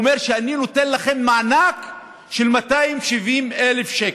הוא אומר: אני נותן לכם מענק של 270,000 שקל.